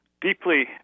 deeply